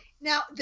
Now